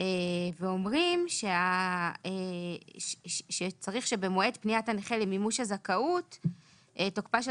ואומרים שצריך שבמועד פניית הנכה למימוש הזכאות תוקפה של